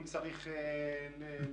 אם צריך לחץ,